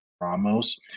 ramos